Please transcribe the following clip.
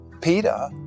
Peter